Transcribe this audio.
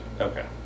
okay